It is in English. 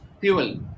fuel